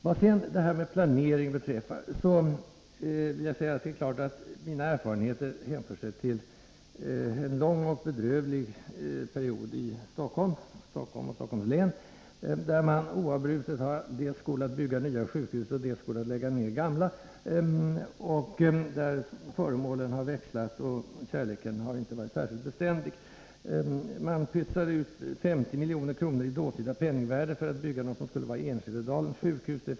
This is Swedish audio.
Vad sedan det här med planering beträffar så är det klart att mina erfarenheter hänför sig till en lång och bedrövlig period i Stockholm och Stockholms län, där man oavbrutet dels har planerat att bygga nya sjukhus, dels planerat att lägga ned gamla, där föremålen har växlat och kärleken inte har varit särskilt beständig. Man pytsade ut 50 milj.kr. i dåtida penningvärde för att bygga vad som skulle bli Enskededalens sjukhus.